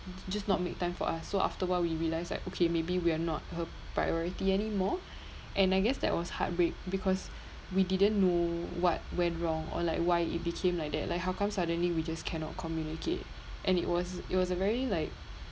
just not make time for us so after a while we realised like okay maybe we are not her priority anymore and I guess that was heartbreak because we didn't know what went wrong or like why it became like that like how come suddenly we just cannot communicate and it was it was a very like